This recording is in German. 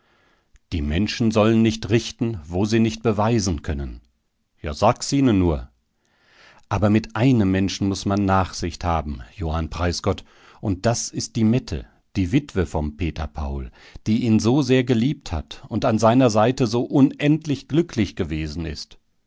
die menschen sollen nicht richten wo sie nicht beweisen können sag's ihnen nur aber mit einem menschen muß man nachsicht haben johann preisgott und das ist die mette die witwe vom peter paul die ihn so sehr geliebt hat und an seiner seite so unendlich glücklich gewesen ist